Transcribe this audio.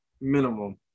Minimum